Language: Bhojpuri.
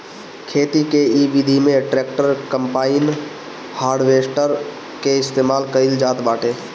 खेती के इ विधि में ट्रैक्टर, कम्पाईन, हारवेस्टर के इस्तेमाल कईल जात बाटे